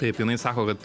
taip jinai sako kad